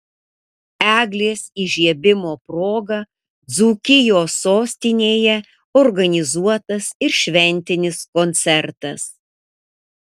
eglės įžiebimo proga dzūkijos sostinėje organizuotas ir šventinis koncertas